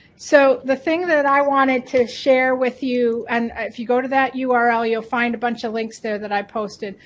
so the thing that i wanted to share with you, and if you go to that ah url you'll find a bunch of links there that i posted,